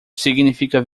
significa